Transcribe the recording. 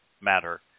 matter